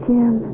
Jim